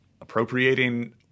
appropriating